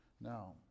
Now